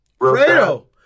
Fredo